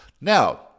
Now